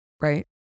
right